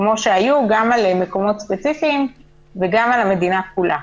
גם על מקומות ספציפיים וגם על המדינה כולה.